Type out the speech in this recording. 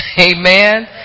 Amen